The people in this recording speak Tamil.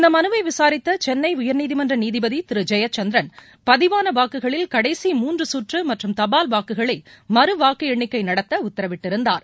இந்த மனுவை விசாரித்த சென்னை உயா்நீதிமன்ற நீதிபதி திரு ஜெயச்சந்திரன் பதிவான வாக்குகளில் களடசி மூன்று கற்று மற்றும் தபால் வாக்குகளை மறுவாக்கு எண்ணிக்கை நடத்த உத்தரவிட்டிருந்தார்